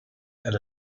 and